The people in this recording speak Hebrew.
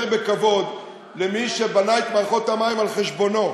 בכבוד למי שבנה את מערכות המים על חשבונו.